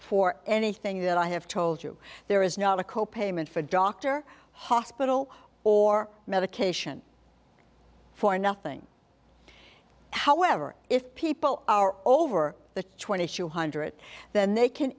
for anything that i have told you there is not a co payment for doctor hospital or medication for nothing however if people are over the twenty two hundred then they can